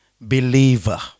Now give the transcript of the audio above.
believer